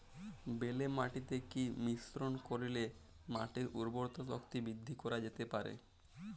বেলে মাটিতে কি মিশ্রণ করিলে মাটির উর্বরতা শক্তি বৃদ্ধি করা যেতে পারে?